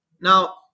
Now